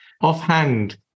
Offhand